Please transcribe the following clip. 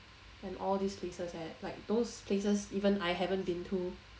and all these places eh like those places even I haven't been to